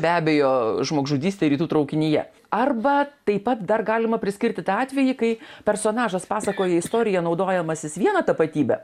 be abejo žmogžudystė rytų traukinyje arba taip pat dar galima priskirti tą atvejį kai personažas pasakoja istoriją naudojamasis vieną tapatybę